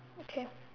okay